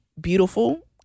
beautiful